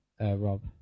Rob